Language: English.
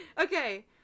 Okay